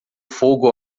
fogo